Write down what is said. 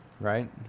right